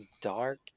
dark